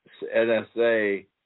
NSA